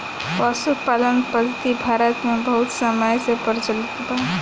पशुपालन पद्धति भारत मे बहुत समय से प्रचलित बा